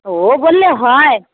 ও বললে হয়